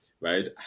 right